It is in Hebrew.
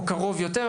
או קרוב יותר,